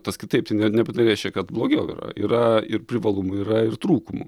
tas kitaip tai net nebūtinai reiškia kad blogiau yra yra ir privalumų yra ir trūkumų